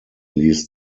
least